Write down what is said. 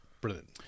brilliant